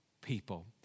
people